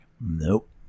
nope